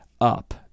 up